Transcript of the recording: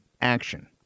action